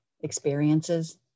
experiences